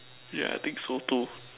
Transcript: yeah I think so too